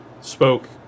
spoke